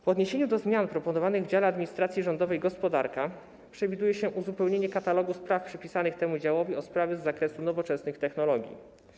W odniesieniu do zmian proponowanych w dziale administracji rządowej: gospodarka przewiduje się uzupełnienie katalogu spraw przypisanych temu działowi o sprawy z zakresu nowoczesnych technologii.